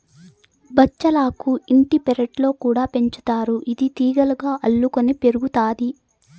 బచ్చలాకు ఇంటి పెరట్లో కూడా పెంచుతారు, ఇది తీగలుగా అల్లుకొని పెరుగుతాది